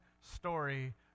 story